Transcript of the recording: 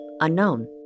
unknown